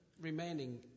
remaining